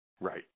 Right